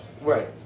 Right